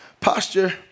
posture